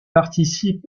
participe